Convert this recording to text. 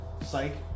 psych